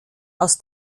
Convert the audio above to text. aus